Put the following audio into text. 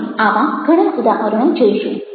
આપણે આવા ઘણા ઉદાહરણો જોઇશું